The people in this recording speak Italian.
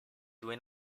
due